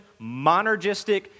Monergistic